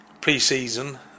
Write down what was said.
pre-season